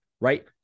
right